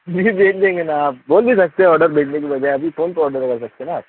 جی بھیج دیں گے نا آپ بول بھی سکتے ہیں آڈر بھیجنے کے بجائے ابھی فون پر آڈر بول سکتے ہیں نا آپ